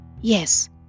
Yes